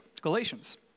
Galatians